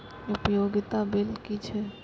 उपयोगिता बिल कि छै?